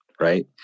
Right